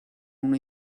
una